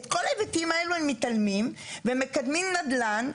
את כל ההיבטים האלו הם מתעלמים ומקדמים נדל"ן.